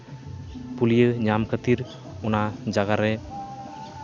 ᱯᱩᱞᱤᱭᱟᱹ ᱧᱟᱢ ᱠᱷᱟᱹᱛᱤᱨ ᱚᱱᱟ ᱡᱟᱭᱜᱟ ᱨᱮ